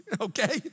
okay